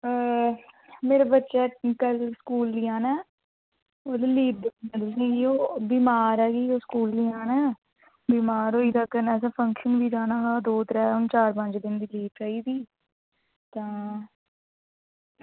अ मेरे बच्चे दा कल्ल स्कूल निं आना ओह्दी लीव भरनी ही ओह् बमार होई दी उ'नें स्कूल निं आह्ना ऐ बमार होई गेदा ऐ कन्नै असें फंक्शन बी जाना हा दौ त्रै हून चार पंज दिन दी लीव चाहिदी तां